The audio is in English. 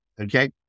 Okay